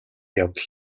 явдал